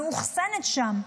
מאוחסנת שם.